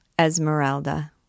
ESMERALDA